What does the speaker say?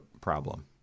problem